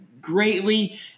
greatly